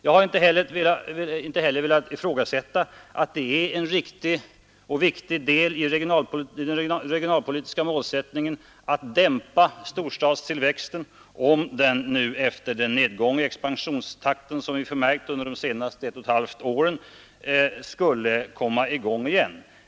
Jag har inte heller velat ifrågasätta att det är en riktig och viktig del i den regionalpolitiska målsättningen att dämpa storstadstillväxten, om den nu efter den nedgång i expansionstakten som vi förmärkt under de senaste ett och ett halvt åren skulle komma i gång igen.